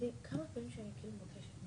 חברי הכנסת רון כץ ושמחה רוטמן, 825 בסעיף